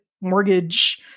mortgage